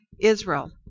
Israel